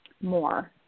more